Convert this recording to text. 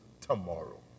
tomorrow